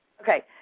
Okay